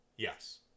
Yes